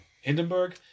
Hindenburg